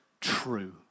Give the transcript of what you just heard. true